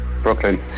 Brooklyn